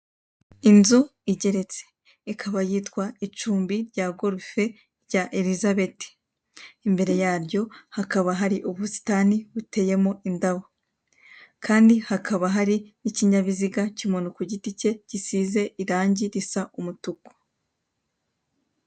Inzu igeretse ikaba yitwa icumbi rya gorofe rya Elizabeth. Imbere yaryo hakaba hari ubusitani hateyemo indabo kandi hakaba hari ikinyabiziga cy'umuntu kugiti cye gisize irange risa umutuku.